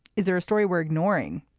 is there a story we're ignoring.